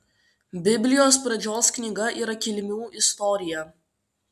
biblijos pradžios knyga yra kilmių istorija